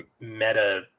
meta